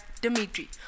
Dimitri